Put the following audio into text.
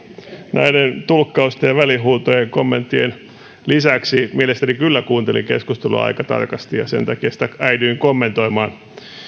näiden tulkkausten ja välihuutojen kommenttien lisäksi mielestäni kyllä kuuntelin keskustelua aika tarkasti ja sen takia sitä äidyin kommentoimaan